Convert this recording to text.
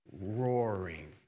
roaring